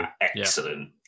excellent